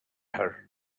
her